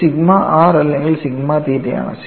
ഇത് sigma r അല്ലെങ്കിൽ sigma തീറ്റയാണോ